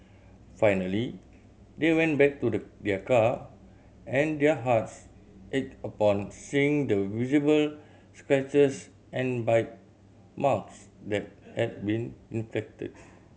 finally they went back to the their car and their hearts ached upon seeing the visible scratches and bite marks that had been inflicted